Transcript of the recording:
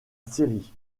série